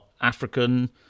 African